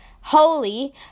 holy